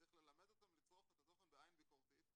צריך ללמד אותם לצרוך את התוכן בעין ביקורתית,